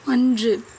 அன்று